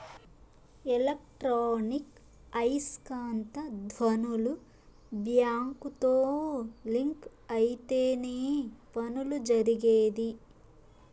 electronic ఐస్కాంత ధ్వనులు బ్యాంకుతో లింక్ అయితేనే పనులు జరిగేది